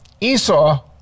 Esau